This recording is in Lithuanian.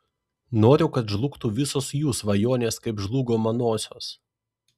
noriu kad žlugtų visos jų svajonės kaip žlugo manosios